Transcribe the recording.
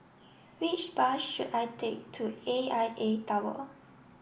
which bus should I take to A I A Tower